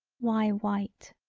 why white.